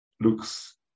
looks